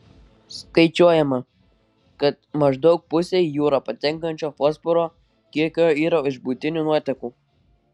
skaičiuojama kad maždaug pusė į jūrą patenkančio fosforo kiekio yra iš buitinių nuotekų